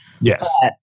Yes